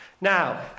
Now